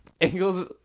angles